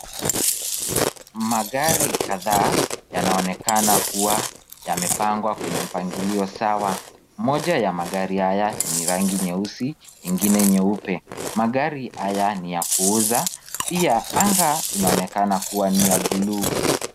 Magari kadhaa yanaonekana kua yamepangwa kwenye mpangilio sawa, moja ya magari haya ni rangi nyeusi na ingine nyeupe ,magari haya ni ya kuuza, pia anga inaonekana kua ni ya bluu.